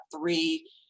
three